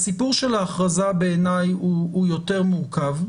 הסיפור של ההכרזה בעיניי הוא יותר מורכב,